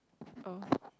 oh